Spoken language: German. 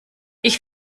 ich